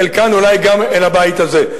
חלקן אולי גם אל הבית הזה.